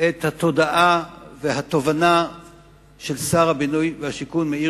את התודעה והתובנה של שר הבינוי והשיכון מאיר